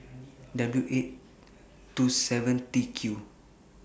W eight two seven T Q